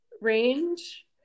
range